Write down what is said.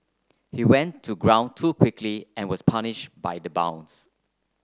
he went to ground too quickly and was punished by the bounce